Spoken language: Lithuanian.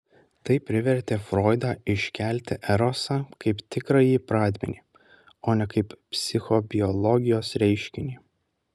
tai privertė froidą iškelti erosą kaip tikrąjį pradmenį o ne kaip psichobiologijos reiškinį